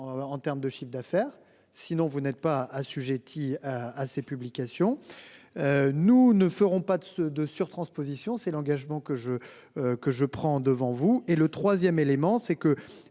En terme de chiffre d'affaire, sinon vous n'êtes pas assujetti à ces publications. Nous ne ferons pas de ce, de surtransposition, c'est l'engagement que je. Que je prends devant vous et le 3ème élément c'est que